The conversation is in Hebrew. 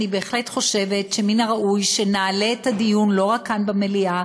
אני בהחלט חושבת שמן הראוי שנעלה את הדיון לא רק כאן במליאה,